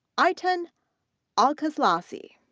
eitan alkaslassy,